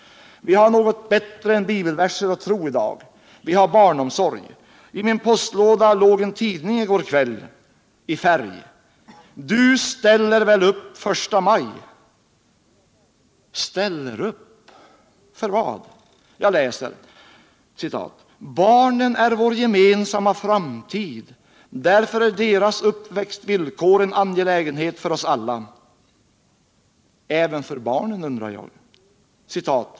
Vi har något bättre än bibelverser och tro i dag — vi har barnomsorg. I min postlåda låg i går kväll en tidning i färg, där man möttes av uppmaningen: "Du ställer väl upp första maj?” Ställer upp för vad” Jag läser: ”Barnen är vår gemensamma framtid. Därför är deras uppväxtvillkor en: angelägenhet för oss alla.” Även för barnen” undrar jag.